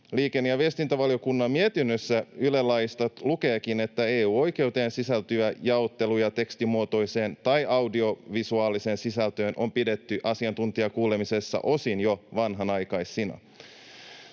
Liikenne- ja viestintävaliokunnan mietinnössä Yle-laista lukeekin, että EU-oikeuteen sisältyviä jaotteluja tekstimuotoiseen tai audiovisuaaliseen sisältöön on pidetty asiantuntijakuulemisessa osin jo vanhanaikaisina.